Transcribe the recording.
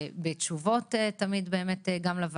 תמיד עם תשובות לוועדה.